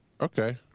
Okay